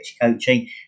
coaching